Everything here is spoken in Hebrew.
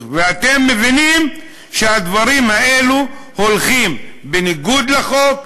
אתם מבינים שהדברים האלה הולכים בניגוד לחוק,